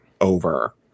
over